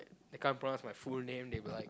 they can't pronounce my full name they be like